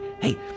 Hey